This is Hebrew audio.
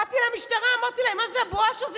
באתי למשטרה, אמרתי להם: מה זה הבואש הזה?